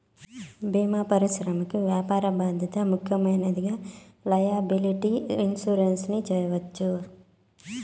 భీమా పరిశ్రమకి వ్యాపార బాధ్యత ముఖ్యమైనదిగా లైయబిలిటీ ఇన్సురెన్స్ ని చెప్పవచ్చు